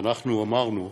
אמרנו,